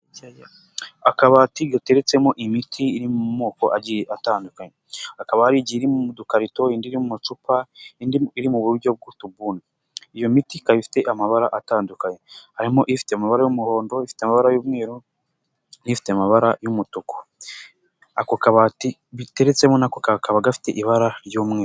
Akabati gateretsemo imiti iri mu moko agiye atandukanye, hakaba hari igiye iri mu dukarito, indi iri mu ducupa, indi iri mu buryo bw'utubuni, iyo miti ikaba ifite amabara atandukanye, harimo ifite amabara y'umuhondo, ifite amabara y'umweru n'ifite amabara y'umutuku, ako kabati biteretsemo na ko kakaba gafite ibara ry'umweru.